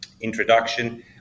introduction